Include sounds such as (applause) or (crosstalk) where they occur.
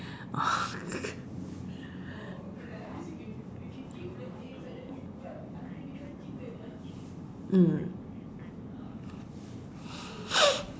(laughs) mm